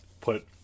put